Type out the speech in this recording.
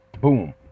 Boom